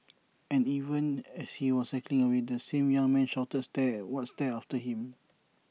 and even as he was cycling away the same young man shouted stare what stare after him